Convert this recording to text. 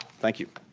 thank you.